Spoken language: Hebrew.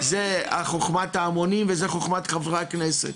זה חוכמת ההמונים וזה חוכמת חברי הכנסת